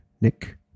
Nick